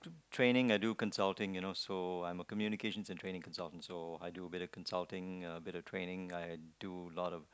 training and I do consulting you know so I'm a communications training consultant so I do a bit of consulting a bit of training I do lot of